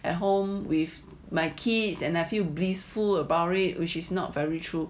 at home with my kids and I feel blissful about it which is not very true